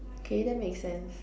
okay that make sense